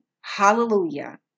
Hallelujah